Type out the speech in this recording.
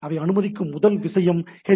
அவை அனுமதிக்கும் முதல் விஷயம் எச்